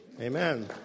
Amen